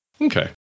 Okay